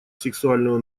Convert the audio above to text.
сексуального